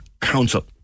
council